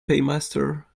paymaster